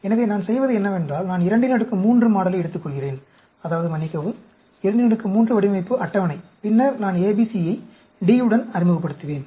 எனவே நான் செய்வது என்னவென்றால் நான் 23 மாடலை எடுத்துக்கொள்கிறேன் அதாவது மன்னிக்கவும் 23 வடிவமைப்பு அட்டவணை பின்னர் நான் ABC யை D உடன் அறிமுகப்படுத்துவேன்